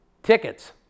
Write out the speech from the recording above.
Tickets